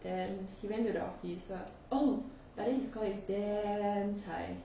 then he went to the office ah oh like all his colleagues is damn zai